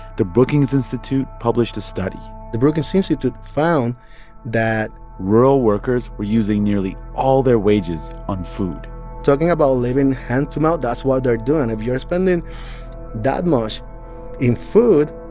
the brookings institute published a study the brookings institute found that. rural workers were using nearly all their wages on food talking about living hand to mouth that's what they're doing. if you're spending that much in food,